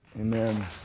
Amen